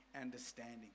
understanding